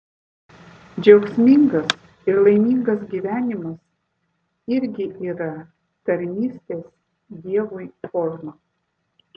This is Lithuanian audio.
džiaugsmingas ir laimingas gyvenimas irgi yra tarnystės dievui forma